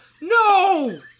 No